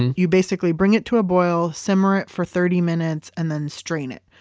you basically bring it to a boil simmer it for thirty minutes and then strain it.